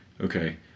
Okay